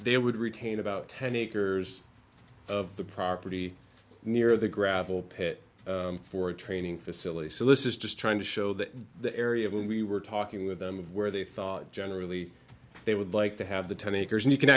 they would retain about ten acres of the property near the gravel pit for a training facility so this is just trying to show that the area when we were talking with them where they thought generally they would like to have the ten acres and you can